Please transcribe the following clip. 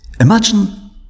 Imagine